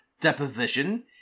deposition